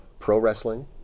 Pro-wrestling